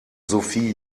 sophie